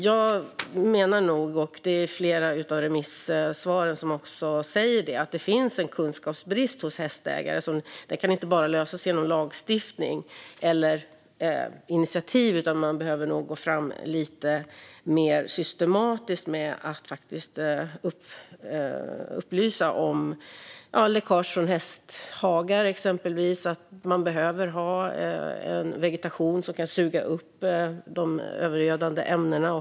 Jag menar nog, och flera av remissvaren säger det, att det finns en kunskapsbrist hos hästägare. Den kan inte bara lösas genom lagstiftning eller initiativ, utan man behöver nog gå fram lite mer systematiskt med att upplysa om läckage från exempelvis hästhagar. Man behöver ha en vegetation som kan suga upp de övergödande ämnena.